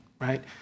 right